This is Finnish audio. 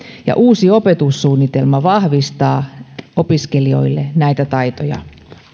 ja uusi opetussuunnitelma vahvistaa opiskelijoille näitä taitoja